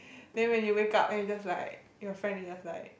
then when you wake up and you're just like your friend is just like